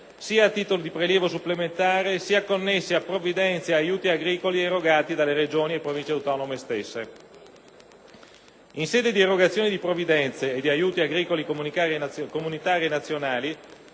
sia a titolo di prelievo supplementare sia connessi a provvidenze e aiuti agricoli erogati dalle Regioni e delle Province autonome stesse. In sede di erogazione di provvidenze e di aiuti agricoli comunitari e nazionali,